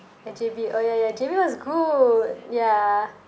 like J_B oh ya ya J_B was good ya